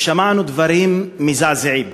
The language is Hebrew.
ושמענו דברים מזעזעים